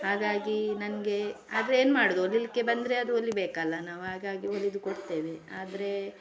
ಹಾಗಾಗೀ ನನಗೆ ಆದರೆ ಏನು ಮಾಡೋದು ಹೊಲಿಲಿಕ್ಕೆ ಬಂದರೆ ಅದು ಹೊಲಿಬೇಕಲ್ಲ ನಾವು ಹಾಗಾಗಿ ಹೊಲಿದು ಕೊಡ್ತೇವೆ ಆದರೆ